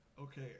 okay